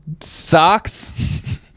socks